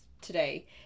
today